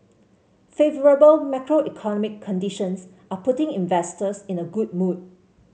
favourable macroeconomic conditions are putting investors in a good mood